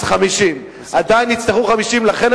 אז 50. עדיין יצטרכו 50. לכן,